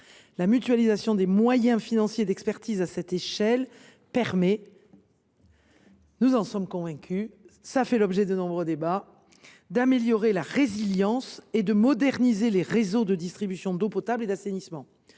La mutualisation des moyens financiers et d’expertise à cette échelle permet – nous en sommes convaincus – d’améliorer la résilience et de moderniser les réseaux de distribution d’eau potable et d’assainissement.